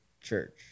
church